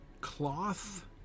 cloth